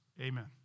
Amen